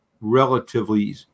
relatively